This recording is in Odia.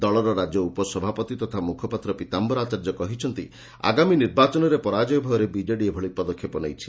ଦଳର ରାଜ୍ୟ ଉପସଭାପତି ତଥା ମୁଖପାତ୍ର ପୀତାମ୍ରର ଆଚାର୍ଯ୍ୟ କହିଛନ୍ତି ଆଗାମୀ ନିର୍ବାଚନରେ ପରାଜୟ ଭୟରେ ବିକେଡି ଏଭଳି ପଦକ୍ଷେପ ନେଇଛି